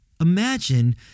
Imagine